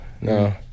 no